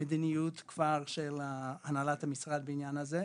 יש כבר מדיניות של הנהלת המשרד בעניין הזה.